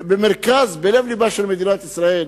בלב לבה של מדינת ישראל,